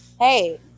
Hey